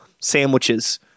Sandwiches